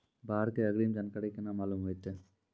बाढ़ के अग्रिम जानकारी केना मालूम होइतै?